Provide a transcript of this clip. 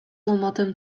łomotem